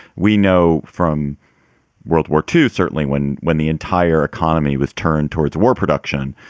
we know from world war two, certainly when when the entire economy was turned towards war production,